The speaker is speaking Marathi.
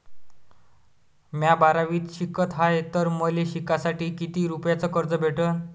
म्या बारावीत शिकत हाय तर मले शिकासाठी किती रुपयान कर्ज भेटन?